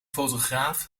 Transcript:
fotograaf